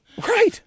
Right